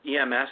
EMS